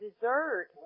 dessert